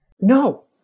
no